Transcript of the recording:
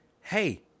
Hey